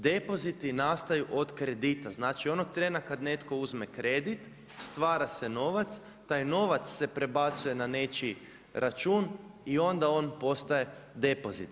Depoziti nastaju od kredita, znali onog trena kad netko uzme kredit, stvara se novac, tak novac se prebacuje na nečiji račun i onda on postaje depozit.